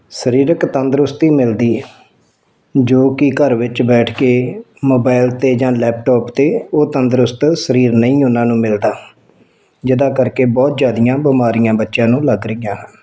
ਸਰੀਰਕ ਤੰਦਰੁਸਤੀ ਮਿਲਦੀ ਜੋ ਕਿ ਘਰ ਵਿੱਚ ਬੈਠ ਕੇ ਮੋਬਾਇਲ 'ਤੇ ਜਾਂ ਲੈਪਟੋਪ 'ਤੇ ਉਹ ਤੰਦਰੁਸਤ ਸਰੀਰ ਨਹੀਂ ਉਹਨਾਂ ਨੂੰ ਮਿਲਦਾ ਜਿਹਦਾ ਕਰਕੇ ਬਹੁਤ ਜ਼ਿਆਦਾ ਬਿਮਾਰੀਆਂ ਬੱਚਿਆਂ ਨੂੰ ਲੱਗ ਰਹੀਆਂ ਹਨ